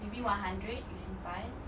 maybe one hundred you simpan